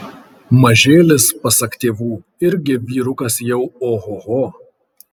mažėlis pasak tėvų irgi vyrukas jau ohoho